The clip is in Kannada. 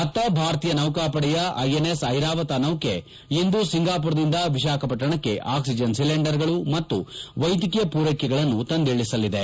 ಅತ್ತ ಭಾರತೀಯ ನೌಕಾಪಡೆಯ ಐಎನ್ಎಸ್ ಐರಾವತ ನೌಕೆ ಇಂದು ಸಿಂಗಾಮರದಿಂದ ವಿಶಾಖಪಟ್ಟಣಕ್ಕೆ ಆಕ್ಲಿಜನ್ ಒಲಿಂಡರ್ಗಳು ಮತ್ತು ವೈದ್ಯಕೀಯ ಪೂರೈಕೆಗಳನ್ನು ತಂದಿಳಿಸಲಿದೆ